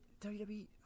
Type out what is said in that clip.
WWE